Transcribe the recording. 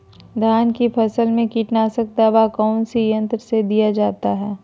धान की फसल में कीटनाशक दवा कौन सी यंत्र से दिया जाता है?